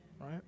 Right